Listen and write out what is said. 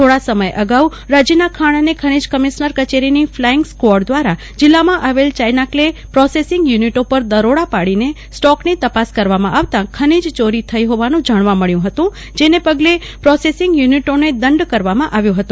થોડા સમય અગાઉ રાજ્યના ખાણ ખનીજ કમિશ્નર કચેરીની ફલાઈંગ સ્કવોર્ડ દ્વારા જિલ્લામાં આવેલ ચાઈનાકલે પ્રોસેસીંગ યુનિટો પર દરોડો પાડીને સ્ટોકની તપાસ કરવામાં આવતા ખનીજ ચોરી થઈ હોવાનું જાણવા મળતા પ્રોસેસીંગ યુનિટોને દંડ કરવામાં આવ્યો હતો